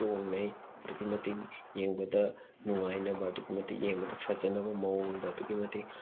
ꯆꯣꯡꯅꯩ ꯑꯗꯨꯛꯀꯤ ꯃꯇꯤꯛ ꯌꯦꯡꯕꯗ ꯅꯨꯉꯥꯏꯅꯕ ꯑꯗꯨꯛꯀꯤ ꯃꯇꯤꯛ ꯐꯖꯅꯕ ꯃꯑꯣꯡꯗ ꯑꯗꯨꯛꯀꯤ ꯃꯇꯤꯛ